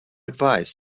advise